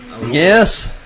Yes